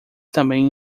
também